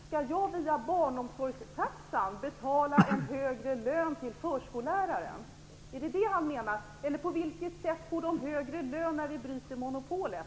Skall jag via barnomsorgstaxan betala en högre lön till förskolläraren? Är det det han menar? På vilket sätt får de högre lön när vi bryter monopolet?